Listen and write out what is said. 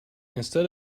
instead